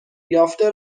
یافته